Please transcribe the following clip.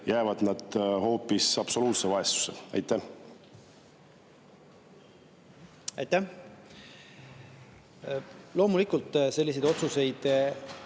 jäävad nad hoopis absoluutsesse vaesusesse? Aitäh! Loomulikult, selliseid otsuseid